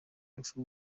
urupfu